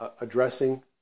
addressing